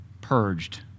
purged